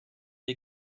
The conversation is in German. wir